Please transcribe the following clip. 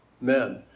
men